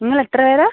നിങ്ങൾ എത്ര പേരാണ്